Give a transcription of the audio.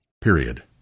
Period